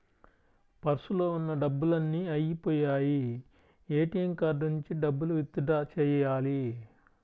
పర్సులో ఉన్న డబ్బులన్నీ అయ్యిపొయ్యాయి, ఏటీఎం కార్డు నుంచి డబ్బులు విత్ డ్రా చెయ్యాలి